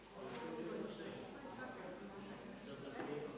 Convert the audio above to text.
Hvala vam